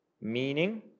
meaning